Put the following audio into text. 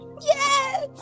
Yes